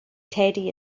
teddy